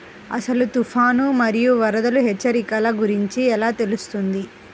అసలు తుఫాను మరియు వరదల హెచ్చరికల గురించి ఎలా తెలుస్తుంది?